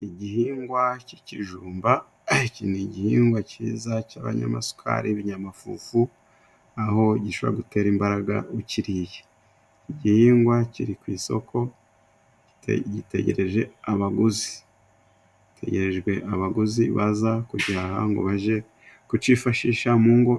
Igihingwa cy'ikijumba, iki ni igihingwa cyiza cy'abanyamasukari, ibinyamafufu aho gishobora gutera imbaraga ukiriye. Igihingwa kiri ku isoko gitegereje abaguzi, gitegerejwe abaguzi baza kugihaha ngo baje kukifashisha mu ngo.